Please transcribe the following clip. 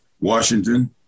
Washington